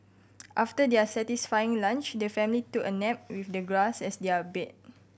after their satisfying lunch the family took a nap with the grass as their bed